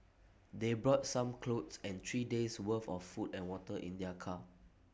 they brought some clothes and three days' worth of food and water in their car